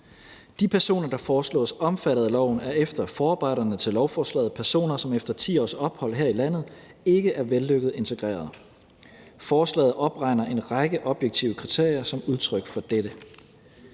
De personer, der foreslås omfattet af loven, er efter forarbejderne til lovforslaget personer, som efter 10 års ophold her i landet ikke er vellykket integreret. Forslaget opregner en række objektive kriterier som udtryk for dette.